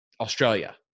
Australia